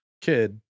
kid